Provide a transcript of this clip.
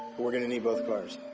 we're going to need both cars.